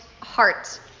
heart